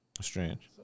strange